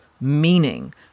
meaning